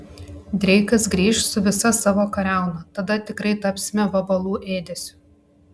dreikas grįš su visa savo kariauna tada tikrai tapsime vabalų ėdesiu